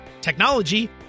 technology